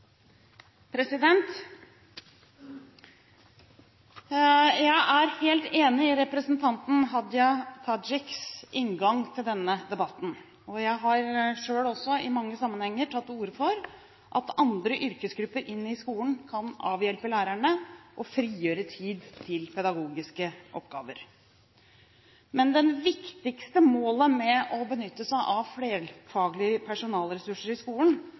representanten Hadia Tajiks inngang til denne debatten. Jeg har også i mange sammenhenger tatt til orde for at andre yrkesgrupper inn i skolen kan avhjelpe lærerne og frigjøre tid til pedagogiske oppgaver. Men det viktigste målet med å benytte seg av flerfaglige personalressurser